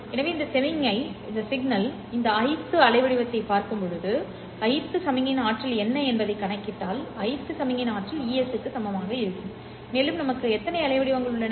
எனவே இந்த சமிக்ஞை இந்த ith அலைவடிவத்தைப் பார்த்து ith சமிக்ஞையின் ஆற்றல் என்ன என்பதைக் கணக்கிட்டால் ith சமிக்ஞையின் ஆற்றல் Es க்கு சமமாக இருக்கும் மேலும் நமக்கு எத்தனை அலைவடிவங்கள் உள்ளன